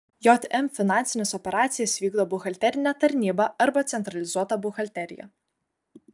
jm finansines operacijas vykdo buhalterinė tarnyba arba centralizuota buhalterija